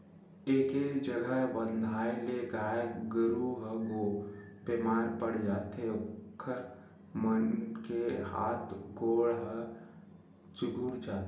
एके जघा बंधाए ले गाय गरू ह बेमार पड़ जाथे ओखर मन के हात गोड़ ह चुगुर जाथे